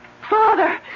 Father